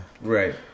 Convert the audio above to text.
Right